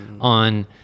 on